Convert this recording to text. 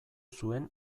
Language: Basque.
zuen